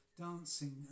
dancing